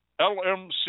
LMC